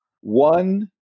One